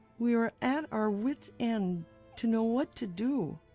we are at our wit's end to know what to do,